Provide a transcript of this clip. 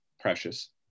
precious